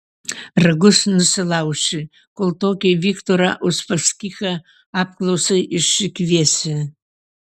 ragus nusilauši kol tokį viktorą uspaskichą apklausai išsikviesi